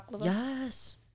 Yes